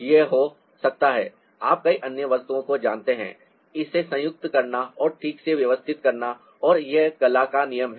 यह हो सकता है आप कई अन्य वस्तुओं को जानते हैं इसे संयुक्त करना और ठीक से व्यवस्थित करना है और यह कला का नियम है